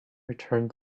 returned